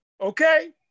Okay